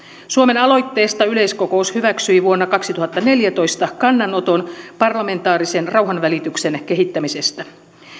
suomen aloitteesta yleiskokous hyväksyi vuonna kaksituhattaneljätoista kannanoton parlamentaarisen rauhanvälityksen kehittämisestä